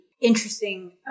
interesting